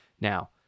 Now